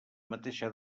mateixa